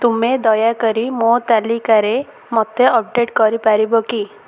ତୁମେ ଦୟାକରି ମୋ ତାଲିକାରେ ମୋତେ ଅପଡ଼େଟ୍ କରିପାରିବ କି